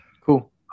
Cool